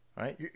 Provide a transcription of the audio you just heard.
right